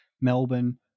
Melbourne